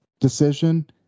decision